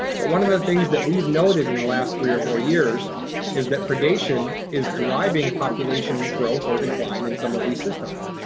but one of the things that we've noted in the last three or four years is that predation is driving population growth or decline in some of these systems.